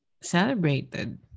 celebrated